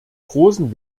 großen